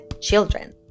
children